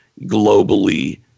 globally